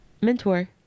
Mentor